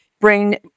bring